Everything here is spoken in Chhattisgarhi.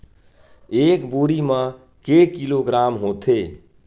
एक बोरी म के किलोग्राम होथे?